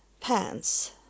pants